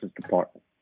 Department